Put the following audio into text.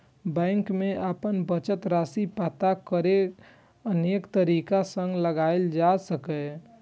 bank मे अपन बचत राशिक पता अनेक तरीका सं लगाएल जा सकैए